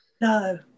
No